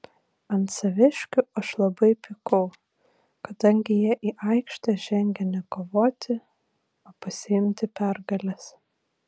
ant saviškių aš labai pykau kadangi jie į aikštę žengė ne kovoti o pasiimti pergalės